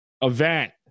event